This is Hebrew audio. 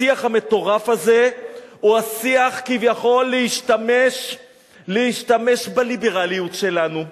השיח המטורף הזה הוא השיח כביכול להשתמש בליברליות שלנו,